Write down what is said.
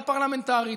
אלא פרלמנטרית,